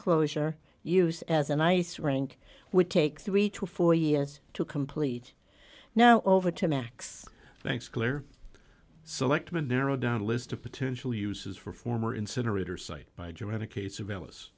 closure use as an ice rink would take three to four years to complete now over to max thanks claire selectman narrowed down a list of potential uses for former incinerator site by joanna case of alice